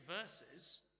verses